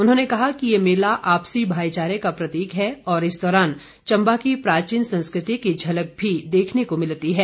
उन्होंने कहा कि ये मेला आपसी भाईचारे का प्रतीक है और इस दौरान चम्बा की प्राचीन संस्कृति की झलक भी देखने को मिलती है